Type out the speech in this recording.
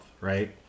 right